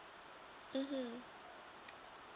mmhmm